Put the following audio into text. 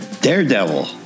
Daredevil